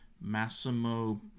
Massimo